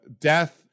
death